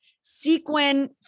sequin